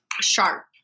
sharp